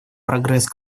прогресс